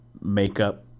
makeup